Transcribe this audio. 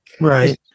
right